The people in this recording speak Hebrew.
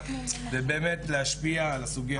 ובאמת להשפיע על הסוגיה הזאת.